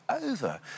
over